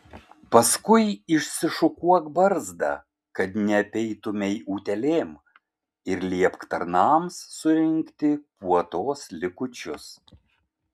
paskui išsišukuok barzdą kad neapeitumei utėlėm ir liepk tarnams surinkti puotos likučius